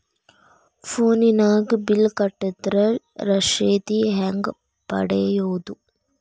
ಫೋನಿನಾಗ ಬಿಲ್ ಕಟ್ಟದ್ರ ರಶೇದಿ ಹೆಂಗ್ ಪಡೆಯೋದು?